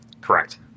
Correct